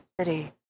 City